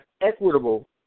equitable